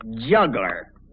Juggler